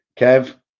kev